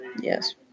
Yes